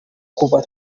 kuva